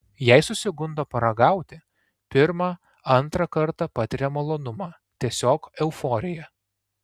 jei susigundo paragauti pirmą antrą kartą patiria malonumą tiesiog euforiją